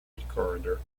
recorder